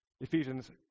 Ephesians